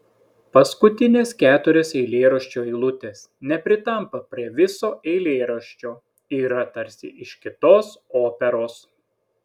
paskutinės keturios eilėraščio eilutės nepritampa prie viso eilėraščio yra tarsi iš kitos operos